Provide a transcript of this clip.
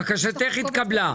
בקשתך התקבלה.